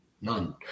None